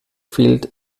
fehlt